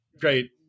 Great